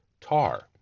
tar